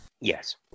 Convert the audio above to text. Yes